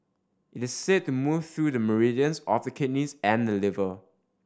it is said to move through the meridians of the kidneys and liver